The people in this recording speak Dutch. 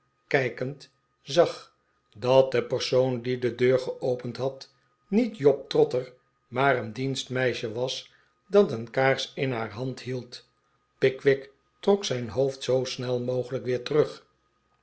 kijkend zag dat de persoon die de deur geopend had niet job trotter maar een dienstmeisje was dat een kaars in haar hand hield pickwick trok zijn hoofd zoo snel mogelijk weer terug